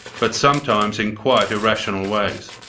but sometimes in quite irrational ways.